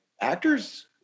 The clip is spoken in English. actors